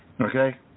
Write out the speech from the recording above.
Okay